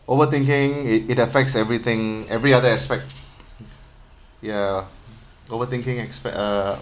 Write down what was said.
overthinking it it affects everything every other aspect ya overthinking aspect uh